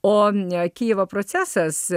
o ne kijevo procesas